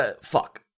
fuck